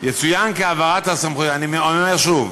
יצוין כי העברת הסמכויות, אני אומר שוב: